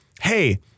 hey